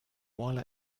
while